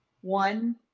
One